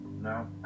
No